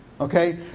Okay